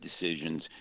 decisions